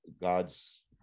god's